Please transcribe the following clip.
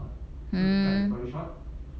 mm